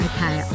Okay